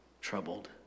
troubled